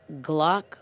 Glock